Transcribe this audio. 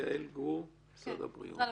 יעל גור, משרד הבריאות.